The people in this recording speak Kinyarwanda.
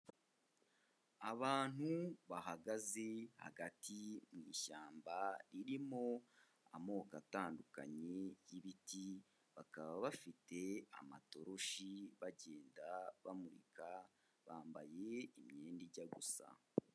Abantu bahagaze hagati mu ishyamba ririmo amoko atandukanye y'ibiti, bakaba bafite amatoroshi bagenda bamurika bambaye imyenda ijya gusa.